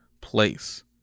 place